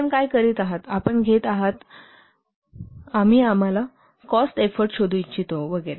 आपण काय करीत आहातआपण घेत आहात आम्ही आम्हाला कॉस्ट एफोर्ट शोधू इच्छितो वगैरे